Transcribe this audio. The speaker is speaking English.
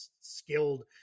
skilled